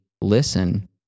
listen